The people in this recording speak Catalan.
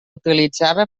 utilitzava